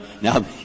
now